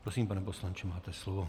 Prosím, pane poslanče, máte slovo.